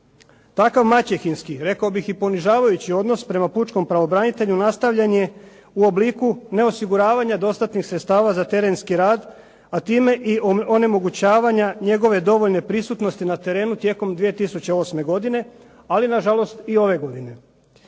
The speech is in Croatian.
Takav maćehinski, rekao bih i ponižavajući odnos prema pučkom pravobranitelju nastavljen je u obliku neosiguravanja dostatnih sredstava za terenski rad, a time i onemogućavanja njegove dovoljne prisutnosti na terenu tijekom 2008. godine, ali nažalost i ove godine.